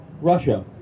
Russia